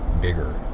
bigger